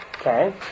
Okay